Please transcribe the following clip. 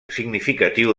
significatiu